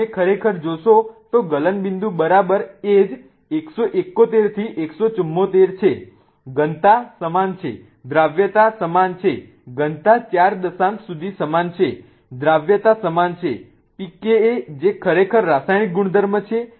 જો તમે ખરેખર જોશો તો ગલનબિંદુ બરાબર એ જ 171 થી 174 છે ઘનતા સમાન છે દ્રાવ્યતા સમાન છે ઘનતા 4 દશાંશ સુધી સમાન છે દ્રાવ્યતા સમાન છે pKa જે ખરેખર રાસાયણિક ગુણધર્મ છે